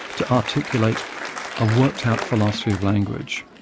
to articulate a worked out philosophy of language.